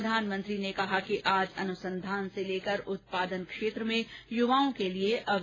प्रधानमंत्री ने कहा कि आज अनुसंधान से लेकर उत्पादन क्षेत्र में युवाओं के लिए अवसर ही अवसर हैं